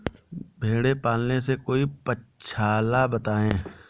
भेड़े पालने से कोई पक्षाला बताएं?